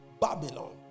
Babylon